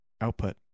output